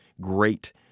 great